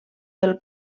del